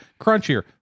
crunchier